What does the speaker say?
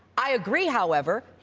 i agree, however,